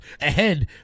ahead